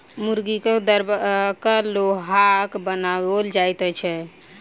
मुर्गीक दरबा लोहाक बनाओल जाइत छै